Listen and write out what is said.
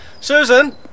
Susan